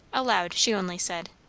aloud she only said,